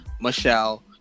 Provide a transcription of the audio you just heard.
Michelle